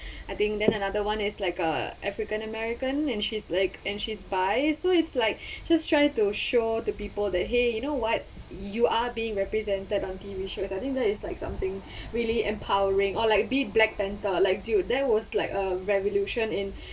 I think then another one is like a african american and she's like and she's bi so it's like his trying to show the people that !hey! you know what you are being represented on T_V shows I think that is like something really empowering or like be it black panther like dude there was like a revolution in